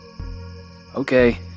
okay